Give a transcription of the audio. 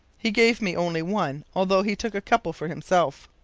he gave me only one, although he took a couple for himself.